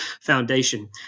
foundation